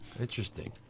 Interesting